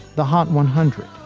the hot one hundred,